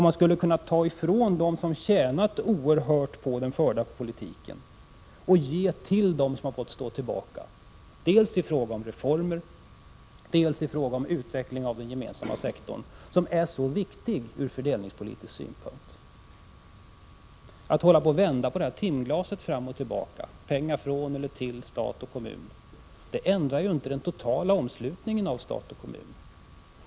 Man skulle kunna ta från dem som tjänat oerhört mycket på den förda politiken och ge till dem som har fått stå tillbaka, dels i fråga om reformer, dels i fråga om utveckling av den gemensamma sektorn, som är viktiga ur fördelningspolitisk synpunkt. Att vända timglaset, att låta pengar strömma från eller till stat och kommun, ändrar inte den totala omslutningen för stat och kommun.